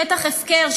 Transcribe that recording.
שטח הפקר.